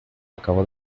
acabo